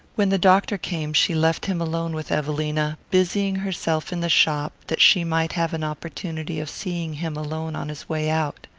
when the doctor came she left him alone with evelina, busying herself in the shop that she might have an opportunity of seeing him alone on his way out.